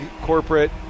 corporate